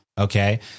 Okay